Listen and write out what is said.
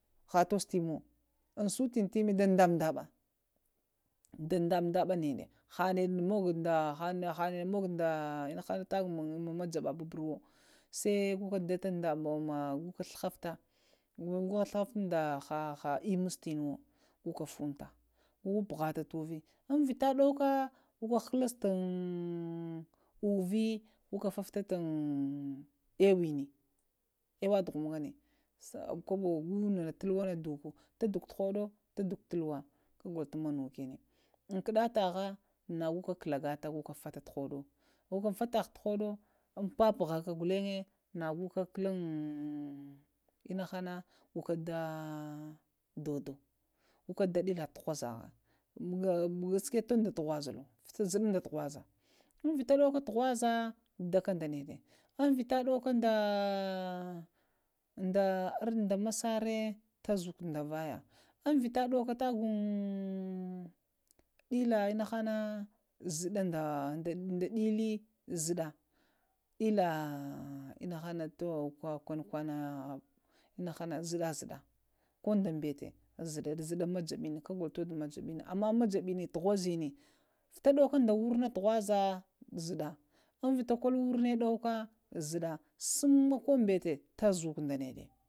Ha tosu timəyo, ŋ sutənə timi da ɗanɗanba da ɗandaɓaneɗe haɗe mogo ina zaha nahang tago da maj ɓa ɓaɓurowu ghafta sai goka dadada ka da əmmə mostənəya, goka funta, goka puhata tuvə, amŋ vita dowaka goka hust mŋ inna via, go ka funta ɗaweni əwa dzumŋ ndana, so go nana tukka doko, taɗuɗuko tukuwa kagolo ta manoko manzna kaɗataha na go ka klagata fata thhuɗo, goka fataha thhoɗo papavaka ghuna nago ka kaluŋ inahana goka da dodoj yoka daɗəla thahaza ɓuga sukuɗe tunda thnizalo ghuɓul da thuza ŋ vita ɗowaka thu nvaza daka daneɗe, amŋ vita ɗowaka da masare ta zukw ɗa vaya, vita ɗowaka tago da dəla inahana ta kunkona inahana ko dəlimŋ ɓetə zaɗa da majaɓenɗ, amma majəɓe ne thhovaza majəɓenə vita ɗowaka da wornə dəla thhoboza zuɗa vita kolo warna ɗowaka zuɗa, suma ko ɓeta ta,